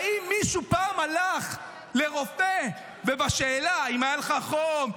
האם מישהו פעם הלך לרופא ובשאלה: האם היה לך חום?